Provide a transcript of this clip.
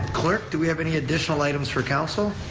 clerk, do we have any additional items for council?